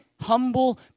humble